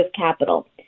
capital